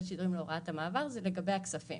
שידורים להוראת המעבר היא לגבי הכספים.